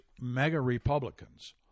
mega-Republicans